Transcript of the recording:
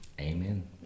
Amen